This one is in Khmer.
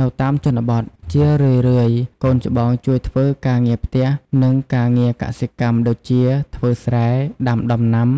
នៅតាមជនបទ ជារឿយៗ កូនច្បងជួយធ្វើការងារផ្ទះ និងការងារកសិកម្មដូចជា ធ្វើស្រែ ដាំដំណាំ